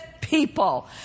people